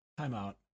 timeout